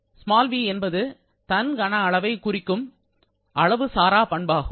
'v' என்பது தன் கன அளவை குறிக்கும் அளவு சாரா பண்பாகும்